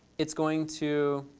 it's going to